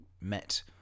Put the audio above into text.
met